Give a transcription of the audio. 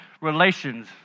relations